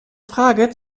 frage